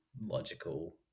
logical